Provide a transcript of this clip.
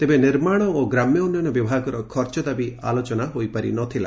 ତେବେ ନିର୍ମାଣ ଓ ଗ୍ରାମ୍ୟ ଉନ୍ନୟନ ବିଭାଗର ଖର୍ଚ ଦାବି ଆଲୋଚନା ହୋଇପାରି ନ ଥିଲା